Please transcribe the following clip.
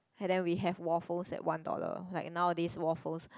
and then we have waffles at one dollar like nowadays waffles